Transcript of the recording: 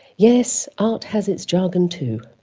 yes, art has its jargon too.